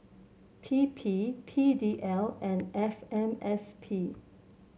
T P P D L and F M S P